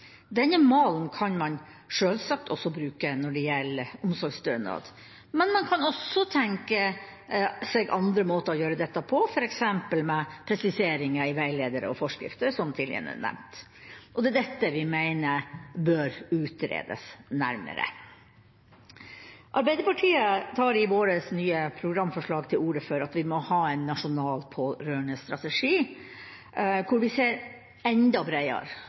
malen kan man selvsagt bruke også når det gjelder omsorgsstønad, men man kan også tenke seg andre måter å gjøre det på, f.eks. med presiseringer i veiledere og forskrifter, som tidligere nevnt. Det er dette vi mener bør utredes nærmere. Arbeiderpartiet tar i vårt nye programforslag til orde for at vi må ha en nasjonal pårørendestrategi, hvor vi ser enda breiere